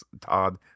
todd